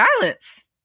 violence